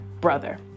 brother